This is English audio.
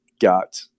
got